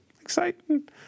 exciting